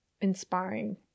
inspiring